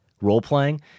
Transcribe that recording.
role-playing